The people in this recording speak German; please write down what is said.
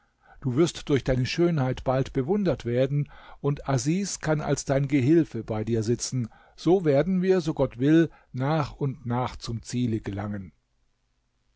du wirst durch deine schönheit bald bewundert werden und asis kann als dein gehilfe bei dir sitzen so werden wir so gott will nach und nach zum ziele gelangen